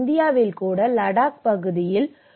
இந்தியாவில் கூட லடாக் பகுதியில் ஒரு விதை வங்கி உள்ளது